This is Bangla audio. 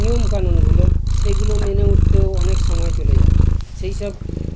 নিয়মকানুনগুলো সেইগুলো মেনে উঠতেও অনেক সময় চলে যায় সেইসব